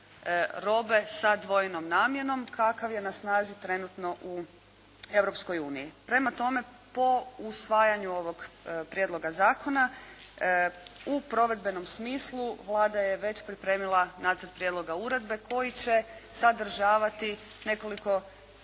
robe sa dvojnom namjenom kakav je na snazi trenutno u Europskoj uniji. Prema tome, po usvajanju ovog prijedloga zakona u provedbenom smislu Vlada je već pripremila nacrt prijedloga uredbe koji će sadržavati nekoliko